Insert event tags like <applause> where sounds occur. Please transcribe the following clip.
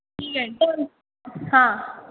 <unintelligible> हां